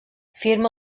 firma